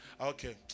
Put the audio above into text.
okay